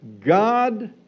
God